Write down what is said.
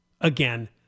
again